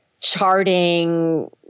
charting